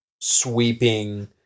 sweeping